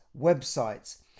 websites